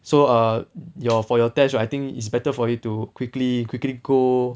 so err your for your test I think it's better for you to quickly quickly go